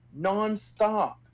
nonstop